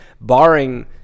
barring –